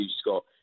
Scott